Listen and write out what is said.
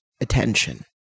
attention